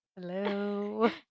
Hello